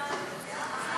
1